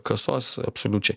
kasos absoliučiai